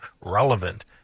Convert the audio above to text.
relevant